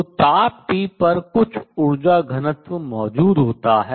तो ताप T पर कुछ ऊर्जा घनत्व मौजूद होता है